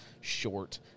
short